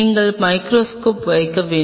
நீங்கள் மைகிரோஸ்கோப் வைக்க வேண்டும்